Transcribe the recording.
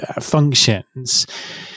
functions